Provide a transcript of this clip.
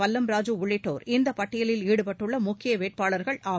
பல்லம் ராஜு உள்ளிட்டோர் இந்தப் பட்டியலில் ஈடுபட்டுள்ள முக்கிய வேட்பாளர்கள் ஆவர்